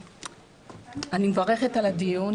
אני מברכת על הדיון.